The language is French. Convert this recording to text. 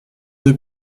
deux